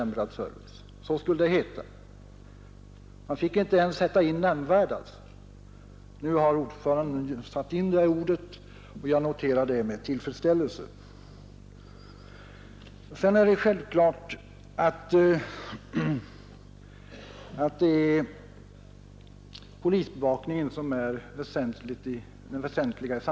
Vi vill inte blunda för att detta kan bli nödvändigt.